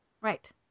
Right